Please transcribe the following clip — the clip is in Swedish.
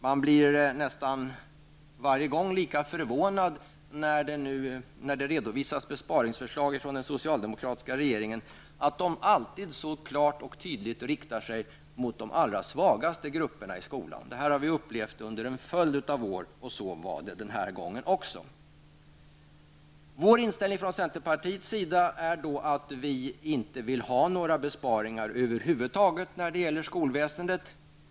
Man blir nästan varje gång lika förvånad när det redovisas besparingsförslag från den socialdemokratiska regeringen. De riktar sig alltid så klart och tydligt mot de allra svagaste grupperna inom skolan. Detta har vi upplevt under en följd av år, och så var det också den här gången. Vår inställning i centerpartiet är att vi inte vill ha några besparingar över huvud taget när det gäller skolväsendet.